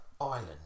island